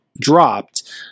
dropped